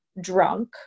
drunk